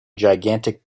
gigantic